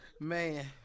Man